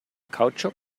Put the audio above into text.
kautschuk